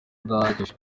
adahagije